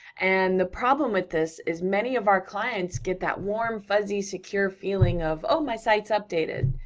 and the problem with this is many of our clients get that warm, fuzzy, secure feeling of, oh, my site's updated,